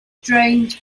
drained